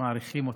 מעריכים אותך.